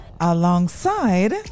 alongside